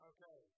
Okay